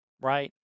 right